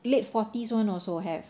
late forties [one] also have